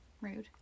Rude